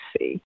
see